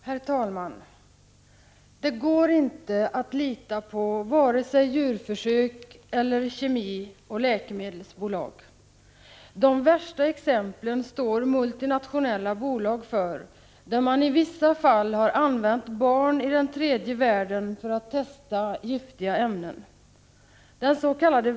Herr talman! Det går inte att lita på vare sig djurförsök eller kemioch läkemedelsbolag. De värsta exemplen står multinationella bolag för, där mani vissa fall har använt barn i den tredje världen för att testa giftiga ämnen.